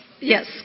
Yes